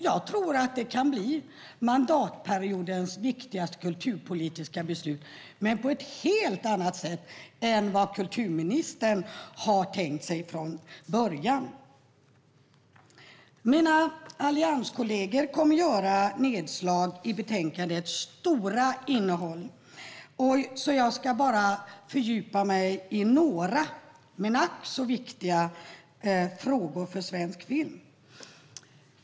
Jag tror att det kan bli mandatperiodens viktigaste kulturpolitiska beslut, men på ett helt annat sätt än vad kulturministern tänkte sig från början. Mina allianskollegor kommer att göra nedslag i betänkandets omfattande innehåll, så jag ska fördjupa mig i några, men ack så viktiga, frågor för svensk film.